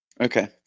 Okay